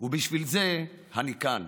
ובשביל זה אני כאן.